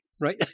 right